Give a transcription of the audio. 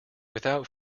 without